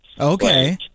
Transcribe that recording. okay